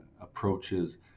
approaches